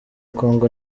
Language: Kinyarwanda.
kongo